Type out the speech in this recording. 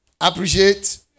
Appreciate